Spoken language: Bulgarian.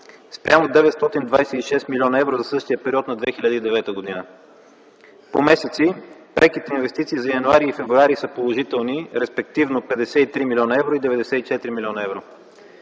спрямо 926 млн. евро за същия период на 2009 г. По месеци: преките инвестиции за януари и февруари са положителни, респективно 53 млн. евро и 94 млн. евро;